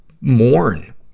mourn